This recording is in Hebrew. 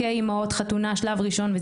כאימהות, חתונה, שלב ראשון.